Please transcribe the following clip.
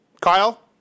Kyle